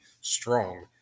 strong